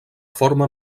forma